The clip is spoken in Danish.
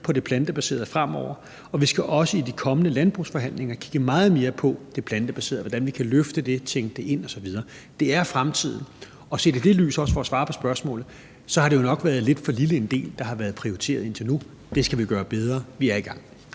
på det plantebaserede fremover, og vi skal også i de kommende landbrugsforhandlinger kigge meget mere på det plantebaserede og på, hvordan vi kan løfte det, tænke det ind osv. Det er fremtiden, og set i det lys, også for at svare på spørgsmålet, så har det jo nok været en lidt for lille del, der har været prioriteret indtil nu. Det skal vi gøre bedre, og vi er i gang.